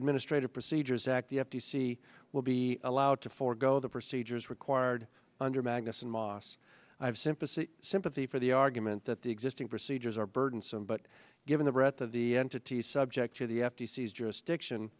administrative procedures act the f t c will be allowed to forgo the procedures required under magnusson moss i have sympathy sympathy for the argument that the existing procedures are burdensome but given the breadth of the entity subject to the f t c has jurisdiction